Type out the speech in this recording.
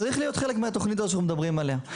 צריך להיות חלק מהתוכנית הזאת שאנחנו מדברים עליה,